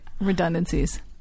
redundancies